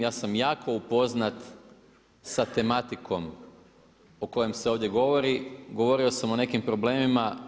Ja sam jako upoznat sa tematikom o kojoj se ovdje govori, govorio sam o nekim problemima.